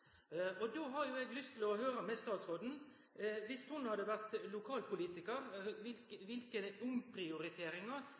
ambisjonar. Då har eg lyst til å høyre med statsråden: Viss ho hadde vore lokalpolitikar, kva